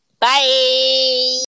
Bye